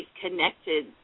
connected